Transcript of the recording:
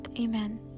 amen